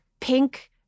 pink